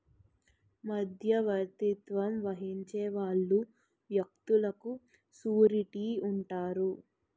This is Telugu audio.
మధ్యవర్తిత్వం వహించే వాళ్ళు వ్యక్తులకు సూరిటీ ఉంటారు